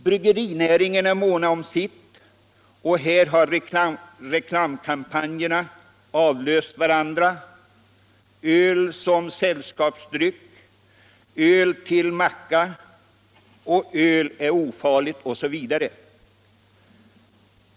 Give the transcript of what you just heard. Bryggerinäringen är mån om ölet, och här har reklamkampanjerna avlöst varandra: Öl som sällskapsdryck, öl till macka, öl är ofarligt osv.